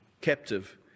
captive